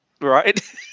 right